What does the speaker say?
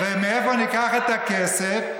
ומאיפה ניקח את הכסף?